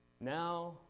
Now